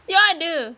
dia ada